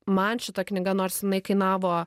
man šita knyga nors jinai kainavo